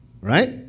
Right